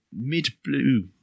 mid-blue